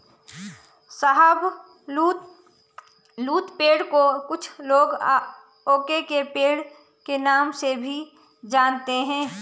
शाहबलूत पेड़ को कुछ लोग ओक के पेड़ के नाम से भी जानते है